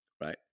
right